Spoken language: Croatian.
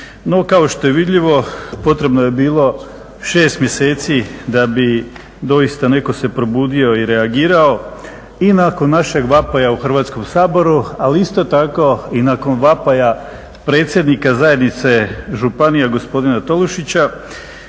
kao što je vidljivo potrebno je bilo šest mjeseci da bi doista netko se probudio i reagirao. I nakon našeg vapaja u Hrvatskom saboru, ali isto tako i nakon vapaja predsjednika Zajednice županija gospodina Tolušića